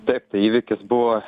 taip tai įvykis buvo